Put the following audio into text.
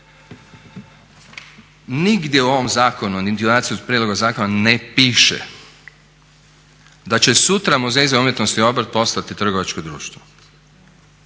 Nigdje u ovom zakonu niti u nacrtu prijedloga zakona ne piše da će sutra Muzej za umjetnost i obrt postati trgovačko društvo,